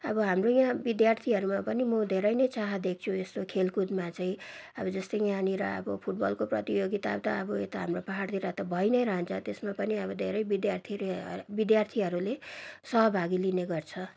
अब हाम्रो या विद्यार्थीहरूमा पनि म धेरै नै चाह देख्छु यस्तो खेलकुदमा चाहिँ अब जस्तो यहाँनिर अब फुटबलको प्रितियोगिता त अब यता हाम्रो पहाडतिर त भइ नै रहन्छ त्यसमा पनि अब धेरै विद्यार्थीले विद्यार्थीहरूले सहभागी लिने गर्छ